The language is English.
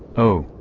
oh,